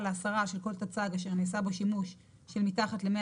להסרה של כל תצ"ג אשר נעשה בו שימוש שמתחת ל-100